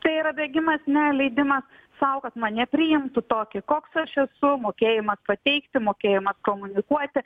tai yra bėgimas ne leidimas sau kad mane priimtų tokį koks aš esu mokėjimas pateikti mokėjimas komunikuoti